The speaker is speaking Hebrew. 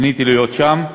נהניתי להיות שם,